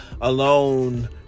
alone